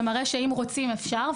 זה מראה שאם רוצים אפשר.